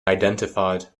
identified